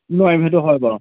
নোৱাৰিম সেইটো হয় বাৰু